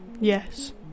Yes